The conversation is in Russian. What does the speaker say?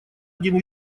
один